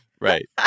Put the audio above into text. right